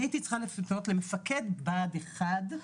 אני הייתי צריך לפנות בה"ד 1,